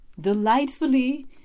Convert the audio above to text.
delightfully